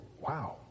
Wow